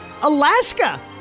Alaska